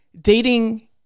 dating